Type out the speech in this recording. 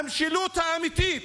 המשילות האמיתית